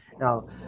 Now